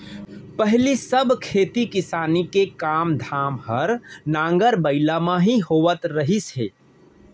पहिली सब खेती किसानी के काम धाम हर नांगर बइला म ही होवत रहिस हे